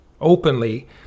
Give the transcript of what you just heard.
openly